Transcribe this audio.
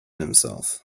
himself